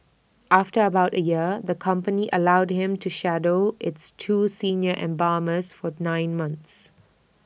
after about A year the company allowed him to shadow its two senior embalmers for the nine months